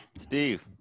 Steve